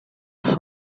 have